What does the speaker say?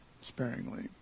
sparingly